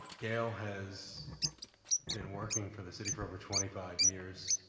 gail has been working for the city for over twenty five years,